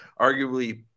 arguably